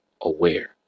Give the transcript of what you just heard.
aware